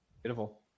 Beautiful